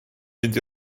fynd